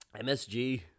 MSG